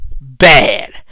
bad